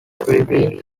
reveal